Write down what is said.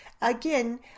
Again